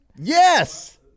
Yes